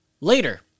later